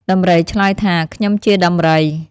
ដំរីឆ្លើយថា ខ្ញុំជាដំរី។